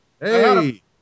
Hey